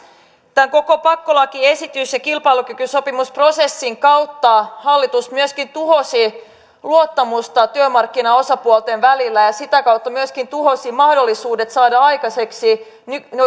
tämän koko pakkolakiesitys ja kilpailukykysopimusprosessin kautta hallitus myöskin tuhosi luottamusta työmarkkinaosapuolten välillä ja sitä kautta myöskin tuhosi mahdollisuudet saada aikaiseksi